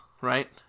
right